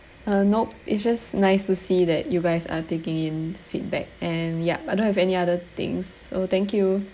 uh nope it's just nice to see that you guys are taking in feedback and yup I don't have any other things oh thank you